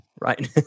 Right